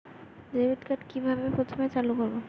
Debit card কিভাবে প্রথমে চালু করব?